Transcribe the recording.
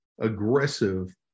aggressive